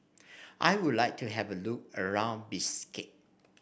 I would like to have a look around Bishkek